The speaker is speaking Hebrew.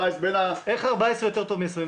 איך 14 יותר טוב מ-21?